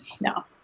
no